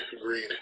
agreed